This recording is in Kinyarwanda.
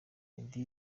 meddy